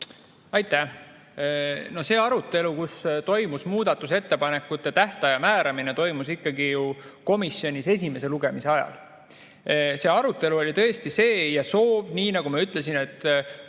Aitäh! See arutelu, kus toimus muudatusettepanekute tähtaja määramine, toimus ikkagi komisjonis esimese lugemise ajal. See arutelu oli tõesti ja soov, nii nagu ma ütlesin,